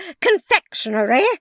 confectionery